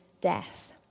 death